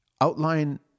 outline